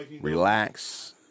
relax